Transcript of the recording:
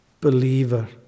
believer